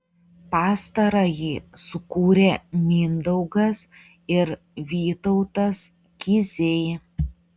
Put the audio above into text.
pastarąjį sukūrė mindaugas ir vytautas kiziai